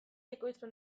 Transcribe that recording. ekoizpen